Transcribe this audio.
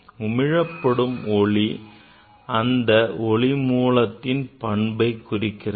உமிழப்படும் ஒளி அந்த ஒளி மூலத்தின் பண்பை குறிக்கிறது